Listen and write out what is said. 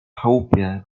chałupie